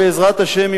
בעזרת השם,